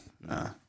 Nah